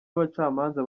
abacamanza